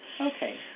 Okay